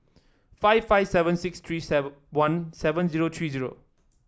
five five seven six three sever one seven zero three zero